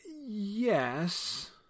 Yes